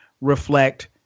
reflect